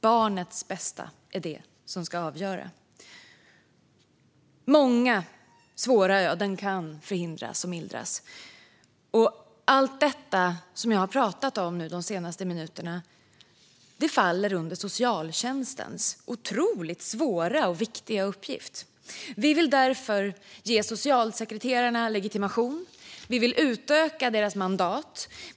Barnets bästa är det som ska avgöra. Många svåra öden kan förhindras och mildras. Allt det jag talat om de senaste minuterna faller under socialtjänstens otroligt svåra och viktiga uppgift. Vi vill därför ge socialsekreterarna legitimation. Vi vill utöka deras mandat.